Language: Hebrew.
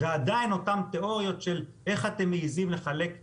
ועדיין אותן תיאוריות של איך אתם מעיזים לחלק דגים?